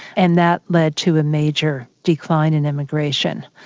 and that led to a major decline in immigration.